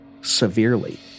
severely